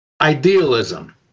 Idealism